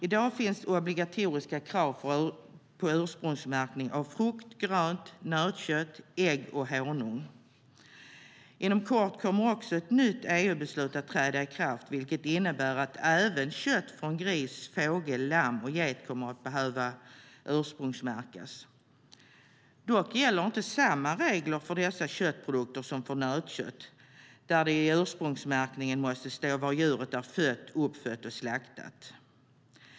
I dag finns obligatoriska krav på ursprungsmärkning av frukt och grönt, nötkött, ägg och honung. Inom kort kommer också ett nytt EU-beslut att träda i kraft, vilket innebär att även kött från gris, fågel, lamm och get kommer att behöva ursprungsmärkas. Dock gäller inte samma regler för dessa köttprodukter som för nötkött, där det i ursprungsmärkningen måste stå var djuret är fött, uppfött och slaktat.